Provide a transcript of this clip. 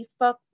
Facebook